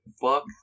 fuck